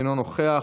אינו נוכח,